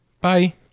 Bye